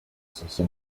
sacha